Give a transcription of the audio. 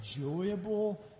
enjoyable